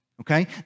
Okay